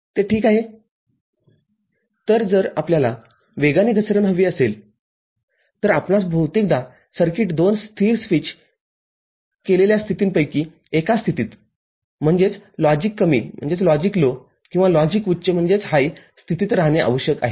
तर जर आपल्याला वेगाने घसरण हवी असेल तरआपणास बहुतेकदा सर्किट दोन स्थिर स्विच केलेल्या स्थितींपैकी एका स्थितीत म्हणजे लॉजिक कमी किंवा लॉजिक उच्च स्थितीत राहणे आवश्यक आहे